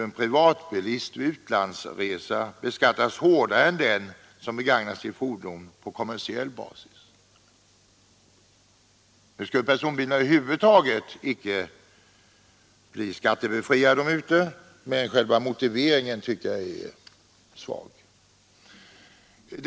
En privatbilist skulle då vid utlandsresa beskattas hårdare än den som begagnar sitt fordon på kommersiell basis. Nu skulle personbilarna över huvud taget icke bli skattebefriade vid utlandsresa, men motiveringen tycker jag är svag på denna punkt.